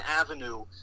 avenue